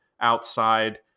outside